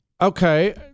Okay